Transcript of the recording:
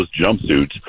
jumpsuits